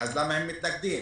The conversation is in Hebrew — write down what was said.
אז למה הם מתנגדים?